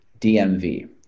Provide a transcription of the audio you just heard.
DMV